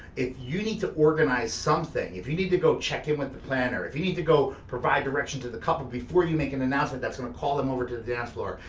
if you need to organise something, if you need to go check in with the planner, if you need to go provide direction to the couple before you make an announcement that's gonna call them over to the dancefloor,